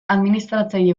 administratzaile